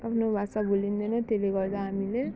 आफ्नो भाषा भुलिँदैन त्यसले गर्दा हामीले